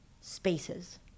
spaces